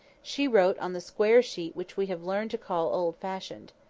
she wrote on the square sheet which we have learned to call old-fashioned.